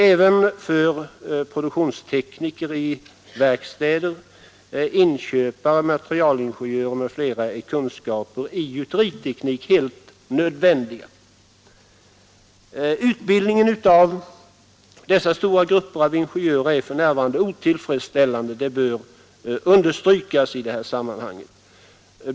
Även för produktionstekniker i verkstäder, inköpare, materialingenjörer m.fl. är kunskaper i gjuteriteknik helt nödvändiga. Utbildningen av dessa stora grupper av ingenjörer är för närvarande otillfredsställande — det bör understrykas.